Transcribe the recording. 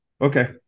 Okay